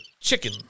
chicken